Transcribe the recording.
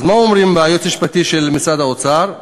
אז מה אומרים בייעוץ המשפטי של משרד האוצר?